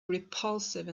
repulsive